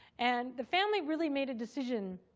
and the family really made a decision